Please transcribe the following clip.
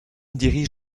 dirige